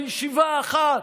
בישיבה אחת,